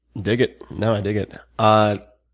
dig it. no, i dig it. ah